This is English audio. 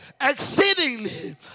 Exceedingly